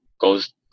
goes